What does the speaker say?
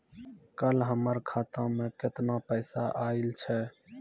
कल हमर खाता मैं केतना पैसा आइल छै?